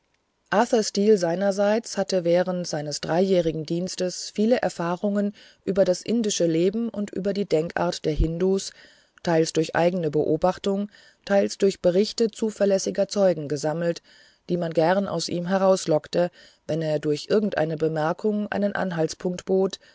steel seinerseits hatte während seines dreijährigen dienstes viele erfahrungen über indisches leben und über die denkart der hindus teils durch eigene beobachtung teils durch berichte zuverlässiger zeugen gesammelt die man gern aus ihm herauslockte wenn er durch irgendeine bemerkung einen anhaltepunkt bot